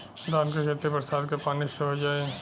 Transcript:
धान के खेती बरसात के पानी से हो जाई?